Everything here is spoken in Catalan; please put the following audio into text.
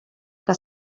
que